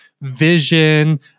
vision